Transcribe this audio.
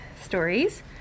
Stories